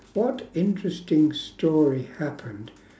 what interesting story happened